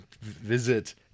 visit